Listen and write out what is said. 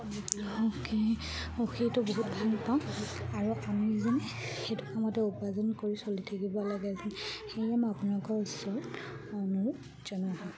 সুখী সুখীটো বহুত ভাল পাওঁ আৰু আমি যেনে সেইটো সময়তে উপাৰ্জন কৰি চলি থাকিব লাগে যেনে সেয়েহে মই আপোনালোকৰ ওচৰত অনুৰোধ জনাওঁ